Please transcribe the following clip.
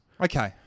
Okay